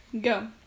go